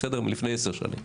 מלפני עשר שנים.